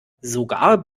sogar